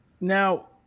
Now